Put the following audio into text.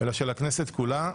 אלא של הכנסת כולה,